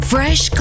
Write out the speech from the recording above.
Fresh